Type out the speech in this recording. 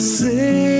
say